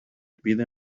pide